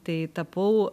tai tapau